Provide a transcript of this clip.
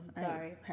Sorry